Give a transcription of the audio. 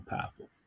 powerful